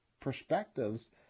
perspectives